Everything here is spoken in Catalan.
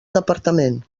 departament